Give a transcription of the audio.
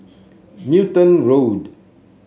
Newton Road